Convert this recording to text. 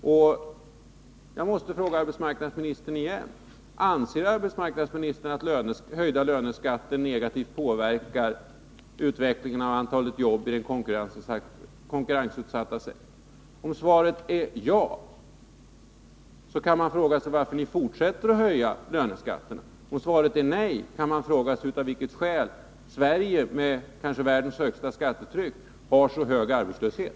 Jag måste återigen fråga arbetsmarknadsministern: Anser arbetsmarknadsministern att höjda löneskatter negativt påverkar utvecklingen av antalet jobb i den konkurrensutsatta sektorn? Om svaret är ja, kan man fråga sig varför ni fortsätter att höja löneskatterna. Om svaret är nej, kan man fråga sig av vilket skäl Sverige, som har världens högsta skattetryck, har en så hög arbetslöshet.